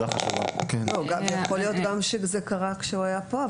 יכול להיות שזה קרה גם כשהוא היה פה,